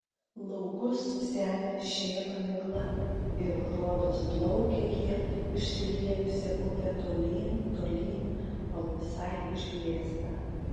laukus semia šėma migla ir rodos plaukia jie išsiliejusia upe tolyn tolyn kol visai išblėsta